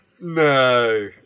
No